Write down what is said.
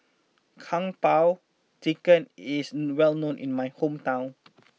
Kung Po Chicken is well known in my hometown